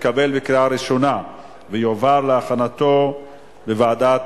התקבלה בקריאה ראשונה ותועבר להכנתה לוועדת